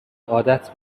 عادت